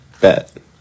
Bet